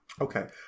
Okay